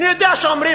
אני יודע שאומרים,